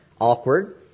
awkward